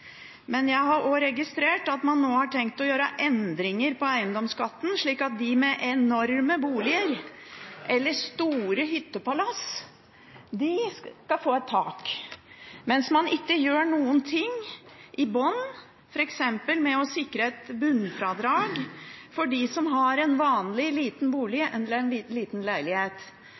Jeg har også registrert at man nå har tenkt å gjøre endringer i eiendomsskatten, slik at det blir satt et tak for dem med enorme boliger eller store hyttepalass, mens man ikke gjør noe i bunnen, f.eks. med å sikre et bunnfradrag for dem som har en vanlig, liten bolig eller en liten leilighet.